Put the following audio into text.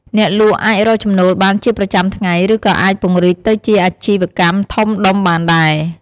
អ្នកលក់អាចរកចំណូលបានជាប្រចាំថ្ងៃ ឬក៏អាចពង្រីកទៅជាអាជីវកម្មធំដុំបានដែរ។